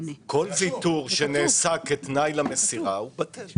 ויתור שנעשה כתנאי למסירה הוא בטל.